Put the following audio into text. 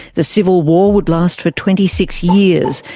the civil war would last for twenty six years,